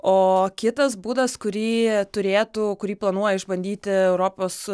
o kitas būdas kurį turėtų kurį planuoja išbandyti europos